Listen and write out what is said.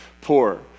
poor